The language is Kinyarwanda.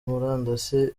murandasi